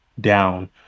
down